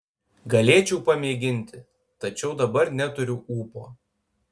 galėčiau pamėginti tačiau dabar neturiu ūpo